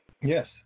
Yes